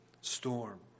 storm